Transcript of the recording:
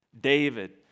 David